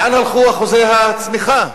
לאן הלכו אחוזי הצמיחה?